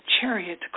chariot